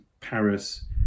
Paris